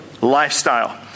lifestyle